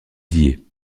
die